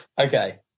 Okay